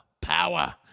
Power